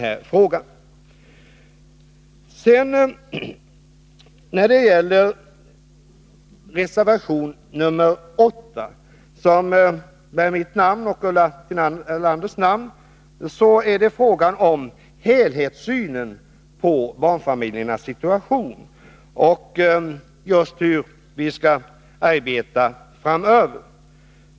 117 Reservation 8, som bär mitt och Ulla Tillanders namn, gäller helhetssynen på barnfamiljernas situation och just hur vi skall arbeta framöver.